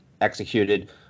executed